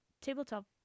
tabletop